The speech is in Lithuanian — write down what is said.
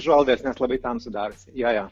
užuolaidas nes labai tamsu darosi jo jo